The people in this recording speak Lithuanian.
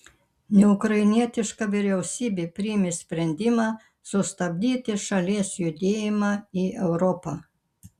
neukrainietiška vyriausybė priėmė sprendimą sustabdyti šalies judėjimą į europą